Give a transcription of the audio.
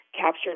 captured